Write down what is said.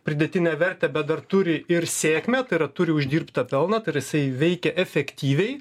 pridėtinę vertę bet dar turi ir sėkmę tai yra turi uždirbtą pelną tai yra jisai veikia efektyviai